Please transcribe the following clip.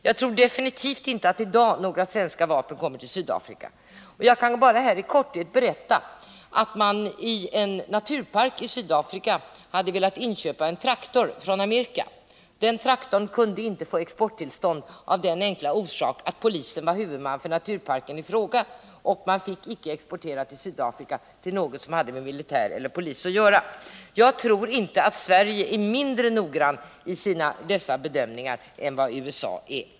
Jag tror definitivt inte att i dag några svenska vapen kommer till Sydafrika. I korthet kan jag här berätta att man i en naturpark i Sydafrika hade velat inköpa en traktor från Amerika. För den traktorn kunde inte exporttillstånd beviljas av den enkla orsaken att polisen var huvudman för naturparken i fråga. Export fick inte ske till något som hade med militär och polis att göra i Sydafrika. Jag tror inte att Sverige är mindre noggrant i dessa bedömningar än vad USA är.